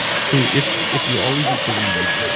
so if if you always eat the weed,